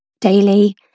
daily